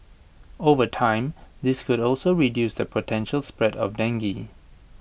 over time this could also reduce the potential spread of dengue